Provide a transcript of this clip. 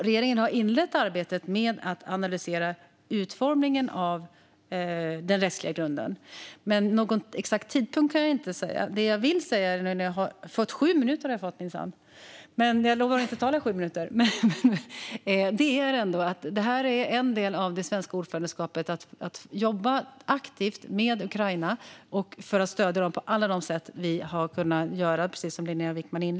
Regeringen har inlett arbetet med att analysera utformningen av den rättsliga grunden. Men någon exakt tidpunkt kan jag inte säga. Det jag vill säga är att det är en del av det svenska ordförandeskapet att jobba aktivt med Ukraina och för att stödja Ukraina på alla sätt vi kan.